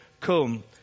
come